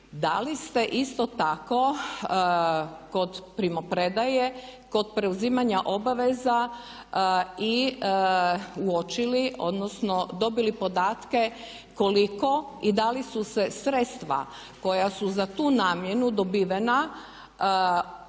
Da li ste isto tako kod primopredaje, kod preuzimanja obveza uočili odnosno dobili podatke koliko i da li su se sredstva koja su za tu namjenu dobivena iz